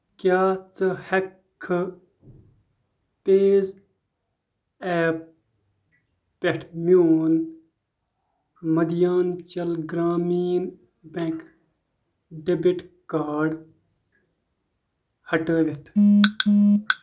کیٛاہ ژٕ ہٮ۪کھٕ پیز ایپ پٮ۪ٹھ میون Madhyanchal Gramin bank debit card ہٹٲوِتھ؟